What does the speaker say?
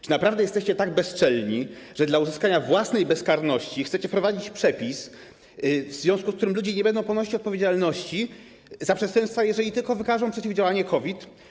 Czy naprawdę jesteście tak bezczelni, że dla uzyskania własnej bezkarności chcecie wprowadzić przepis, w związku z którym ludzie nie będą ponosić odpowiedzialności za przestępstwa, jeżeli tylko wykażą przeciwdziałanie COVID?